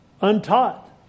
untaught